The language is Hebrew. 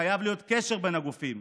חייב להיות קשר בין הגופים.